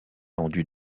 tendus